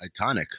Iconic